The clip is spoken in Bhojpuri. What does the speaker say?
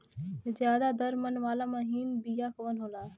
ज्यादा दर मन वाला महीन बिया कवन होला?